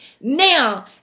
Now